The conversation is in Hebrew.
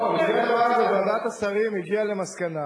לא, לפני זה אמרתי שוועדת השרים הגיעה למסקנה